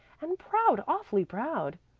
and proud awfully proud.